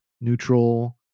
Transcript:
neutral